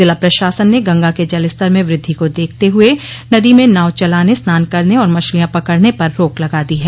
जिला प्रशासन ने गंगा के जलस्तर में वृद्धि को देखते हुए नदी में नाव चलाने स्नान करने और मछलियां पकड़ने पर रोक लगा दी है